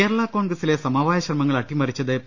കേരളാ കോൺഗ്രസിലെ സമവായ ശ്രമങ്ങൾ അട്ടിമറി ച്ചത് പി